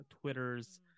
twitters